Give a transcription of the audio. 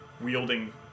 wielding